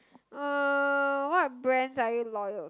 uh what brands are you loyal